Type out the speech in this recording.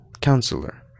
Counselor